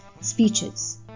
speeches